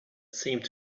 seemed